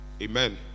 Amen